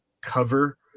cover